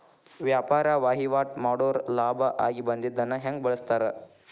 ವ್ಯಾಪಾರ್ ವಹಿವಾಟ್ ಮಾಡೋರ್ ಲಾಭ ಆಗಿ ಬಂದಿದ್ದನ್ನ ಹೆಂಗ್ ಬಳಸ್ತಾರ